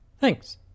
Thanks